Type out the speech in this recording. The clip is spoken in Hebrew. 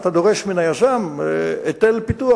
אתה דורש מהיזם היטל פיתוח,